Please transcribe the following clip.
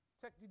check